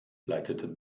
leitete